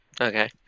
Okay